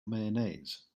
mayonnaise